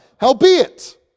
Howbeit